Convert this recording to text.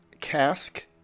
Cask